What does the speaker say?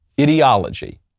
ideology